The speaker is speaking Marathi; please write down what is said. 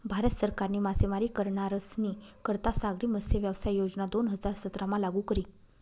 भारत सरकारनी मासेमारी करनारस्नी करता सागरी मत्स्यव्यवसाय योजना दोन हजार सतरामा लागू करी